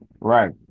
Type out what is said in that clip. right